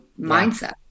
mindset